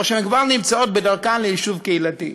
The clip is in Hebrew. או שהן כבר נמצאות בדרכן ליישוב קהילתי.